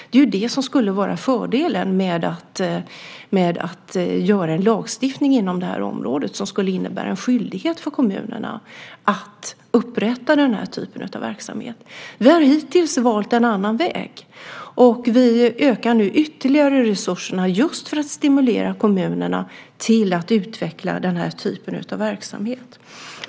Det är ju det som skulle vara fördelen med att utforma en lagstiftning inom det här området som skulle innebära en skyldighet för kommunerna att upprätta den här typen av verksamhet. Vi har hittills valt en annan väg, och vi ökar nu ytterligare resurserna just för att stimulera kommunerna till att utveckla den här typen av verksamhet.